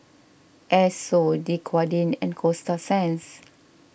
Esso Dequadin and Coasta Sands